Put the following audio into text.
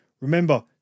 remember